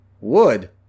Wood